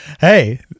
hey